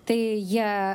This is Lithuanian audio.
tai jie